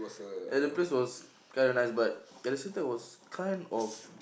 ya the place was kind of nice but at the same time was kind of